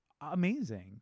amazing